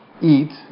eat